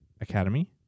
Academy